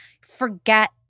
forget